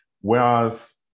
Whereas